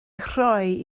rhoi